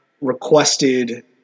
requested